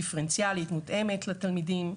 דיפרנציאלית ומותאמת לתלמידים.